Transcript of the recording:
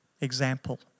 example